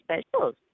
specials